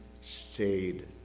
stayed